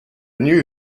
new